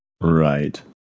Right